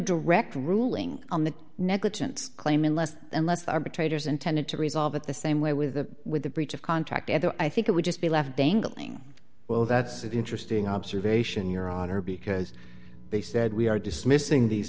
direct ruling on the negligence claim unless unless arbitrators intended to resolve it the same way with the with the breach of contract at the i think it would just be left dangling well that's an interesting observation your honor because they said we are dismissing these